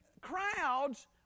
crowds